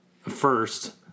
first